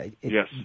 Yes